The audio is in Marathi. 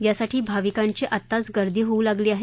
यासाठी भाविकांची आताच गर्दी होऊ लागली आहे